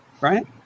Right